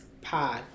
Pod